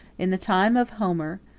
in the time of homer,